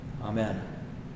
Amen